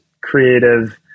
creative